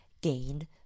gained